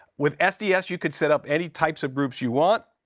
with sds, you can set up any types of groups you want.